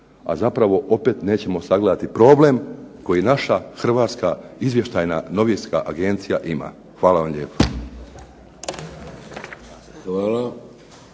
a zapravo opet nećemo sagledati problem koji naša Hrvatska izvještajna novinska agencija ima. Hvala vam lijepo.